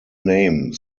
name